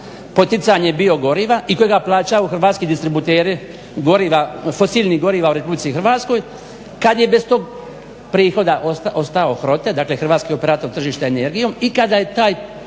poticanje bio goriva i kojega je plaćao hrvatski distributeri goriva, fosilnih goriva u HR. Kad je bez tog prihoda ostao PROTEN, dakle Hrvatski operator tržišta energijom i kada je taj